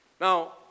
Now